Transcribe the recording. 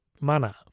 manner